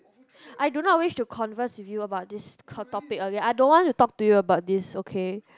I do not wish to converse with you about this topic okay I don't want to talk to you about this topic